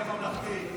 תהיה ממלכתי.